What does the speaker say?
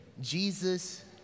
Jesus